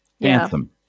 Anthem